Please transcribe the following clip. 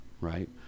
right